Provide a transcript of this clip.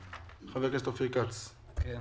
חבר הכנסת אופיר כץ, בבקשה.